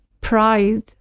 pride